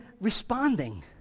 responding